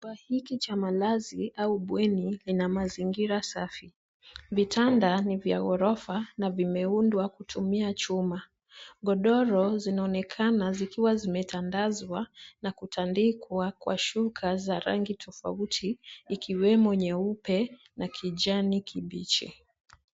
Chumba hiki cha malazi au bweni kina mazingira safi. Vitanda ni vya ghorofa na vimeundwa kutumia chuma .Godoro zinaonekana zikiwa zimetandazwa na kutandikwa kwa shuka za rangi tofauti ikiwemo nyeupe na kijani kibichi.